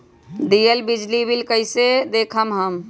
दियल बिजली बिल कइसे देखम हम?